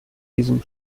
diesem